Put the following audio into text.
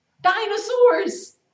Dinosaurs